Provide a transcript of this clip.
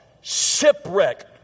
shipwreck